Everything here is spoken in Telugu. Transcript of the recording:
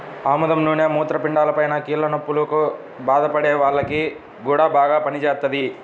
ఆముదం నూనె మూత్రపిండాలపైన, కీళ్ల నొప్పుల్తో బాధపడే వాల్లకి గూడా బాగా పనిజేత్తది